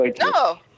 no